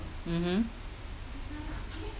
mmhmm